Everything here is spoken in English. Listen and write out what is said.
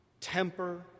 temper